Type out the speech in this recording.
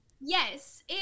Yes